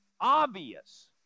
obvious